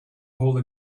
hole